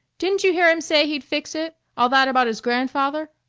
didn't you hear him say he'd fix it? all that about his grandfather?